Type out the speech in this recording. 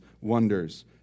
wonders